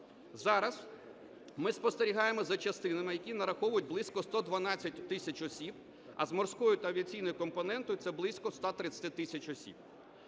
Зараз ми спостерігаємо за частинами, які нараховують близько 112 тисяч осіб, а з морською та авіаційною компонентою це близько 130 тисяч осіб.